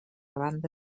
banda